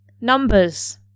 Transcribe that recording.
Numbers